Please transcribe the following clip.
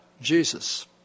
Jesus